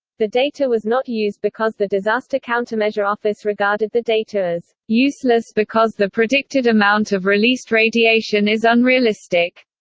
the data was not used because the disaster countermeasure office regarded the data as useless because the predicted amount of released radiation is unrealistic.